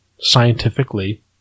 scientifically